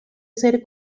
ser